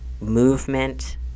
movement